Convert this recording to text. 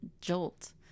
jolt